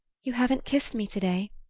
you haven't kissed me today,